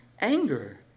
anger